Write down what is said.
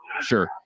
sure